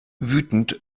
wütend